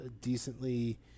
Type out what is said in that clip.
decently